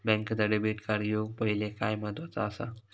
बँकेचा debit card घेउक पाहिले काय महत्वाचा असा?